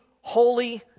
holy